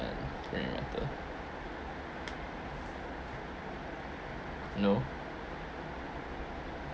no